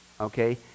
okay